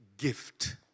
gift